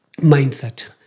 mindset